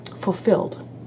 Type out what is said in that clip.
fulfilled